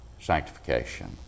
sanctification